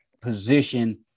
position